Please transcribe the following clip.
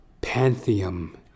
pantheon